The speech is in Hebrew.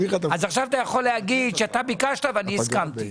אז עכשיו אתה יכול להגיד שאתה ביקשת ואני הסכמתי.